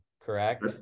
correct